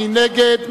מי נגד?